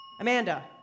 Amanda